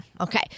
Okay